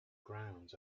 grounds